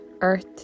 earth